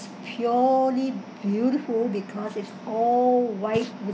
purely beautiful because it's all white with